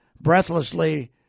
breathlessly